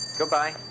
goodbye